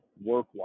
work